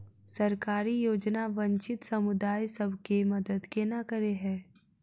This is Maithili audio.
सरकारी योजना वंचित समुदाय सब केँ मदद केना करे है?